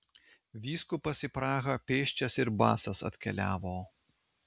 vyskupas į prahą pėsčias ir basas atkeliavo